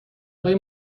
های